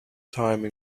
time